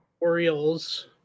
Orioles